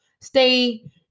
stay